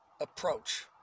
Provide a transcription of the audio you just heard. approach